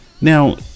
Now